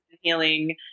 healing